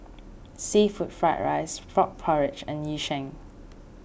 Seafood Fried Rice Frog Porridge and Yu Sheng